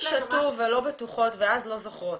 אם הן שתו ולא בטוחות ואז לא זוכרות,